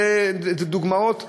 אלה דוגמאות,